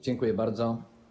Dziękuję bardzo.